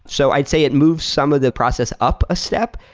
so i'd say it moves some of the process up a step.